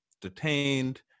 detained